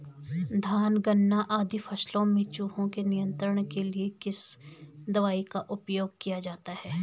धान गन्ना आदि फसलों में चूहों के नियंत्रण के लिए किस दवाई का उपयोग किया जाता है?